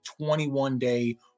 21-day